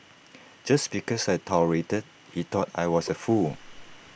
just because I tolerated he thought I was A fool